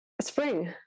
spring